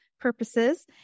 purposes